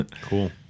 Cool